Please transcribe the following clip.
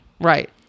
Right